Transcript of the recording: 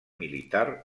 militar